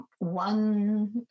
one